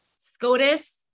scotus